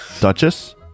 Duchess